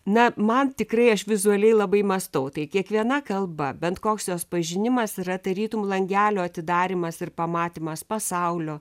na man tikrai aš vizualiai labai mąstau tai kiekviena kalba bent koks jos pažinimas yra tarytum langelio atidarymas ir pamatymas pasaulio